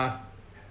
uh